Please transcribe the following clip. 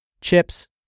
chips